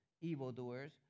evildoers